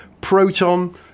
Proton